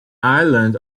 island